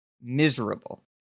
miserable